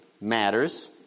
matters